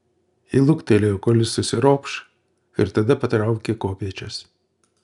ji luktelėjo kol jis užsiropš ir tada patraukė kopėčias